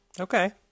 okay